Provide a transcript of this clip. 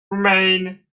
remain